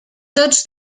tots